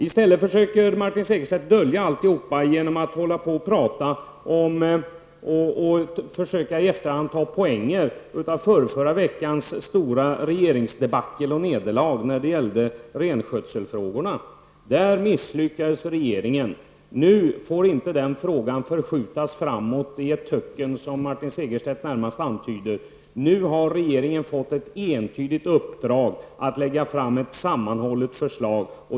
Martin Segerstedt försöker dölja alltsammans genom att i efterhand försöka ta poänger av förförra veckans stora regeringsdebacle och nederlag när det gäller renskötselfrågorna. Där misslyckades regeringen. Nu får inte den frågan förskjutas framåt i ett töcken, som Martin Segerstedt närmast antyder. Nu har regeringen fått ett entydigt uppdrag att lägga fram ett sammanhållet förslag.